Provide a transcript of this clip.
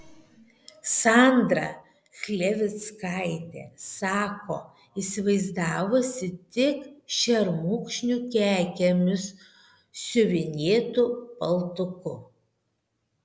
sandrą chlevickaitę sako įsivaizdavusi tik šermukšnių kekėmis siuvinėtu paltuku